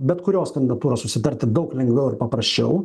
bet kurios kandidatūros susitarti daug lengviau ir paprasčiau